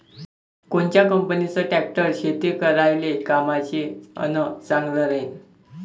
कोनच्या कंपनीचा ट्रॅक्टर शेती करायले कामाचे अन चांगला राहीनं?